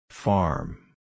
Farm